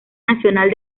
nacional